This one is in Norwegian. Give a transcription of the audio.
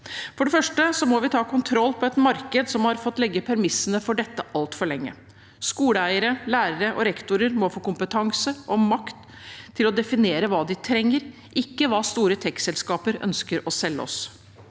For det første må vi ta kontroll på et marked som har fått legge premissene for dette altfor lenge. Skoleeiere, lærere og rektorer må få kompetanse og makt til å definere hva de trenger, ikke hva store tek-selskaper ønsker å selge oss.